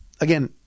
again